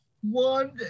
One